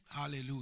Hallelujah